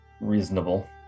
reasonable